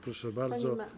Proszę bardzo.